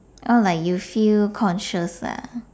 oh like you feel conscious ah